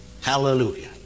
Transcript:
Hallelujah